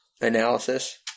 analysis